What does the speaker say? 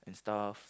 and stuff